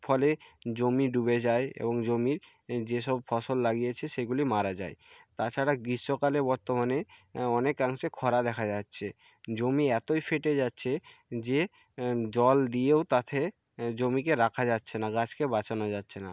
ফলে জমি ডুবে যায় এবং জমির যে সব ফসল লাগিয়েছে সেগুলি মারা যায় তাছাড়া গ্রীষ্মকালে বর্তমানে অনেকাংশে খরা দেখা যাচ্ছে জমি এতই ফেটে যাচ্ছে যে জল দিয়েও তাতে জমিকে রাখা যাচ্ছে না গাছকে বাঁচানো যাচ্ছে না